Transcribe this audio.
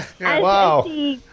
Wow